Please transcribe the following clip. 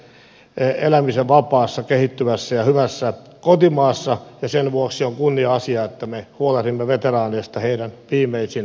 he ovat mahdollistaneet elämisen vapaassa kehittyvässä ja hyvässä kotimaassa ja sen vuoksi on kunnia asia että me huolehdimme veteraaneista heidän viimeisinä vuosinaan